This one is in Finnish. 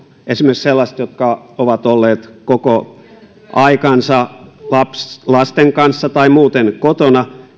esimerkiksi sellaisten jotka ovat olleet koko aikansa lasten kanssa tai muuten kotona